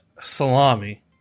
Salami